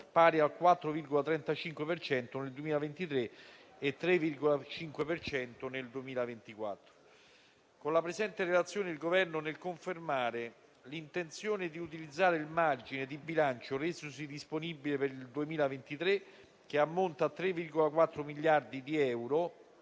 e al 3,5 per cento nel 2024. Con la presente Relazione il Governo, nel confermare l'intenzione di utilizzare il margine di bilancio resosi disponibile per il 2023, che ammonta a 3,4 miliardi di euro,